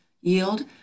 Yield